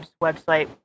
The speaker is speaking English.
website